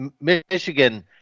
Michigan